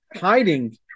hiding